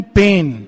pain